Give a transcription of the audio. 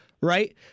right